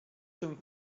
tym